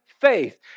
faith